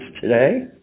today